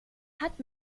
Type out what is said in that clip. hat